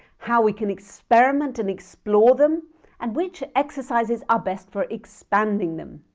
how we can experiment and explore them and which exercises are best for expanding them!